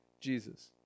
Jesus